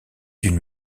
d’une